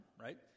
right